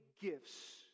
gifts